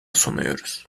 sunuyoruz